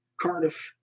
Cardiff